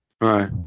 Right